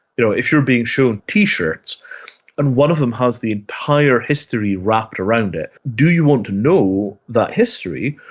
you know if you're being shown t-shirts and one of them has the entire history wrapped around it, do you want to know that history,